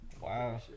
Wow